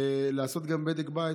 ולעשות גם בדק בית.